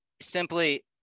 Simply